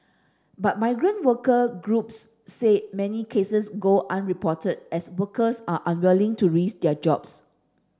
but migrant worker groups said many cases go unreported as workers are unwilling to risk their jobs